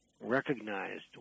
recognized